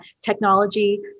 technology